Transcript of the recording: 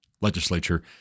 legislature